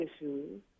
issues